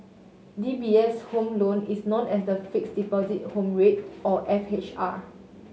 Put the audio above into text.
D B S Home Loan is known as the Fixed Deposit Home Rate or F H R